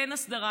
אין הסדרה.